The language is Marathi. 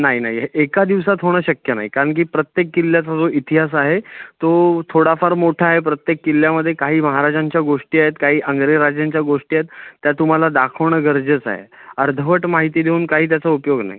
नाही नाही हे एका दिवसात होणं नाही कारण की प्रत्येक किल्ल्याचा जो इतिहास आहे तो थोडाफार मोठा आहे प्रत्येक किल्ल्यामध्ये काही महाराजांच्या गोष्टी आहेत काही आंग्रे राजांच्या गोष्टी आहेत त्या तुम्हाला दाखवणं गरजेचं आहे अर्धवट माहिती देऊन काही त्याचा उपयोग नाही